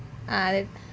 ah